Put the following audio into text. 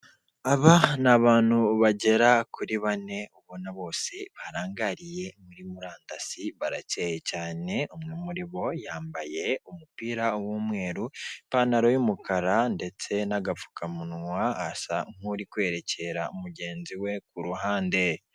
Aba ni abantu bagera kuri bane ubona bose barangariye muri murandasi, barakeye cyane umwe muri bo yambaye umupira w'umweru, ipantaro y'umukara ndetse n'agapfukamunwa asa nk'uri kwerekera mugenzi we ku ruhande.